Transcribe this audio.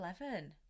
eleven